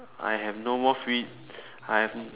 I have no more free I have